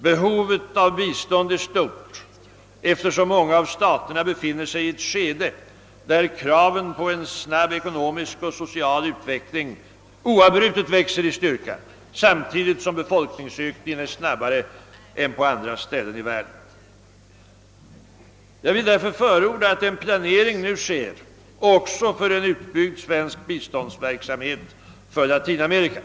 Behovet av bistånd är stort eftersom många av staterna befinner sig i ett skede där kraven på en snabb ekonomisk och social utveckling oavbrutet växer i styrka samtidigt som befolkningsökningen är snabbare än på många andra ställen i världen. Jag vill förorda att en planering nu sker också för en utbyggd svensk biståndsverksamhet för Latinamerika.